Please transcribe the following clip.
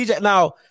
Now